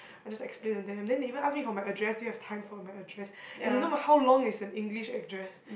I just explain to them then they even ask me for my address still have time for my address and you know how long is a English address